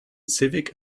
civic